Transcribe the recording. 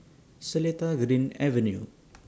Seletar Green Avenue